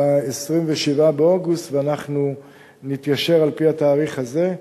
ב-27 באוגוסט, ואנחנו נתיישר על-פי התאריך הזה,